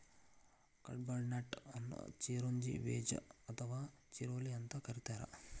ಕಡ್ಪಾಹ್ನಟ್ ಅನ್ನು ಚಿರೋಂಜಿ ಬೇಜ ಅಥವಾ ಚಿರೋಲಿ ಅಂತ ಕರೇತಾರ